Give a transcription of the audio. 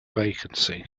vacancy